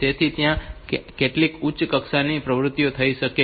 તેથી ત્યાં કેટલીક ઉચ્ચ કક્ષાની પ્રવૃત્તિ થવી જોઈએ